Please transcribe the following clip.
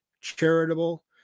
charitable